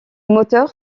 moteur